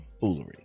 foolery